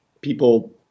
people –